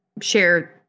share